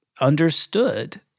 understood